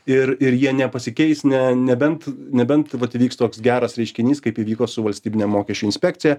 ir ir jie nepasikeis ne nebent nebent vat įvyks toks geras reiškinys kaip įvyko su valstybine mokesčių inspekcija